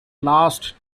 last